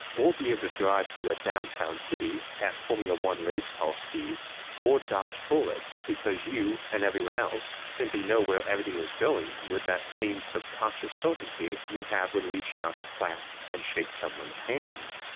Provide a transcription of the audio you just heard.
or be able to drive through a downtown city at formula one race car speeds or dodge bullets because you and everyone else simply know where everything is going with that same subconscious certainty you have when reaching out to clasp and shake someone's hand.